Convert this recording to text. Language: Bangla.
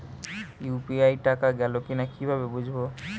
ইউ.পি.আই টাকা গোল কিনা কিভাবে বুঝব?